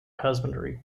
husbandry